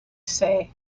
say